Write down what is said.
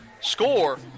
score